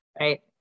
right